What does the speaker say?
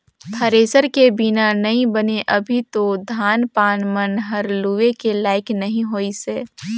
thresher के बिना नइ बने अभी तो धान पान मन हर लुए के लाइक नइ होइसे